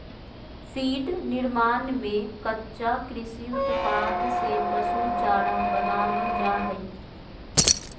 feed निर्माण में कच्चा कृषि उत्पाद से पशु चारा बनावल जा हइ